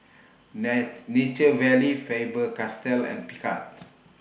Nai Nature Valley Faber Castell and Picard